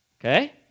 okay